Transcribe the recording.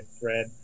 thread